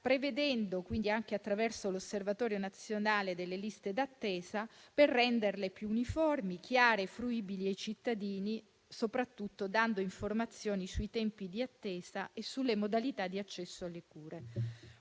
emergenza, anche attraverso l'osservatorio nazionale delle liste d'attesa, per renderle più uniformi, chiare e fruibili ai cittadini e soprattutto dando informazioni sui tempi di attesa e sulle modalità di accesso alle cure.